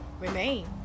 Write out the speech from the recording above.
remain